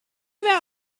know